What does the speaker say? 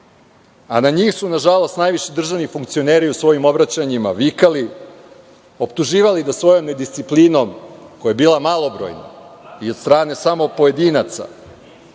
a na njih su nažalost najviši državni funkcioneri u svojim obraćanjima vikali, optuživali da svojom nedisciplinom koja je bila malobrojna i od strane samo pojedinaca